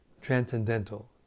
transcendental